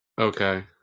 okay